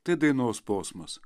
tai dainos posmas